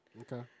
okay